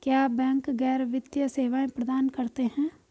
क्या बैंक गैर वित्तीय सेवाएं प्रदान करते हैं?